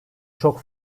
çok